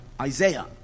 Isaiah